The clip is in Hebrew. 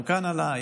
גם כאן עלה,